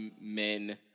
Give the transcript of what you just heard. men